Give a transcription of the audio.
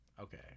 Okay